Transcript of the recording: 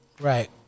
Right